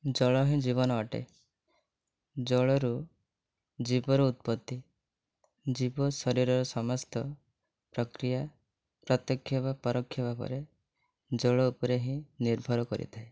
ଜଳ ହିଁ ଜୀବନ ଅଟେ ଜଳରୁ ଜୀବର ଉତ୍ପତି ଜୀବ ଶରୀରର ସମସ୍ତ ପ୍ରକ୍ରିୟା ପ୍ରତ୍ୟକ୍ଷ ବା ପରୋକ୍ଷ ଭାବରେ ଜଳ ଉପରେ ହିଁ ନିର୍ଭର କରିଥାଏ